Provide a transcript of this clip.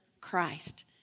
Christ